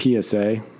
PSA